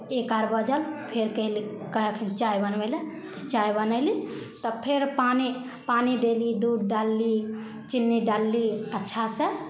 एक अर बजल फेर कै कहलखिन चाय बनबैले चाय बनयली तऽ फेर पानि पानि देली दूध डालली चीनी डालली अच्छासँ